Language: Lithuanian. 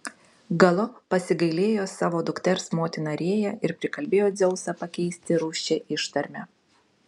galop pasigailėjo savo dukters motina rėja ir prikalbėjo dzeusą pakeisti rūsčią ištarmę